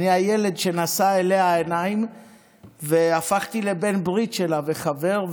אני הילד שנשא אליה העיניים והפכתי לבין ברית וחבר שלה.